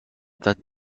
that